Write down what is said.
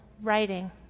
writing